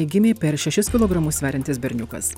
gimė per šešis kilogramus sveriantis berniukas